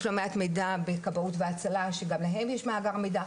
יש לא מעט מידע בכבאות והצלה שגם להם יש מאגר מידע,